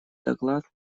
доклад